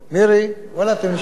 אתם נשמעים עד כאן.